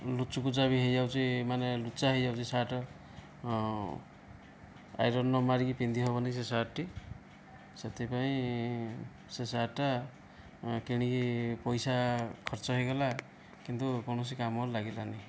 ଲୋଚାକୋଚା ବି ହୋଇଯାଉଛି ମାନେ ଲୋଚା ହୋଇଯାଉଛି ସାର୍ଟ ଆଇରନ୍ ନମାରିକି ପିନ୍ଧି ହେବନାହିଁ ସେ ସାର୍ଟଟି ସେଥିପାଇଁ ସେ ସାର୍ଟଟା କିଣିକି ପଇସା ଖର୍ଚ୍ଚ ହୋଇଗଲା କିନ୍ତୁ କୌଣସି କାମରେ ଲାଗିଲାନାହିଁ